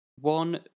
one